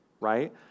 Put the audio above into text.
right